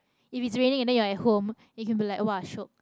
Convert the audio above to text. if it's raining and then you're at home then you can be like [wah] shiok